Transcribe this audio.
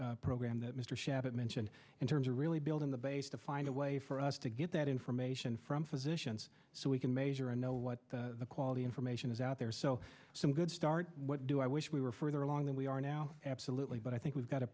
this program that mr shafiq mentioned in terms of really building the base to find a way for us to get that information from physicians so we can measure and know what the quality information is out there so some good start what do i wish we were further along than we are now absolutely but i think we've got a